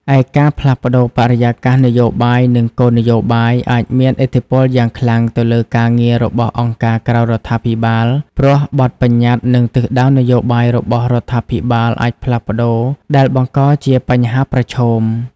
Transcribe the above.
ឯការផ្លាស់ប្ដូរបរិយាកាសនយោបាយ និងគោលនយោបាយ អាចមានឥទ្ធិពលយ៉ាងខ្លាំងទៅលើការងាររបស់អង្គការក្រៅរដ្ឋាភិបាល ព្រោះ បទប្បញ្ញត្តិ និងទិសដៅនយោបាយរបស់រដ្ឋាភិបាលអាចផ្លាស់ប្ដូរដែលបង្កជាបញ្ហាប្រឈម។